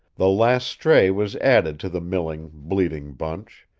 the last stray was added to the milling, bleating bunch,